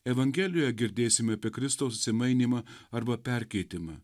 evangelijoje girdėsime apie kristaus atsimainymą arba perkeitimą